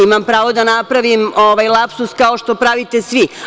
Imam pravo da napravim lapsus, kao što pravite svi.